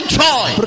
joy